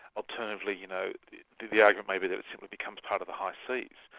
alternatively you know the the argument may be that simply becomes part of the high seas,